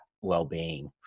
well-being